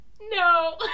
no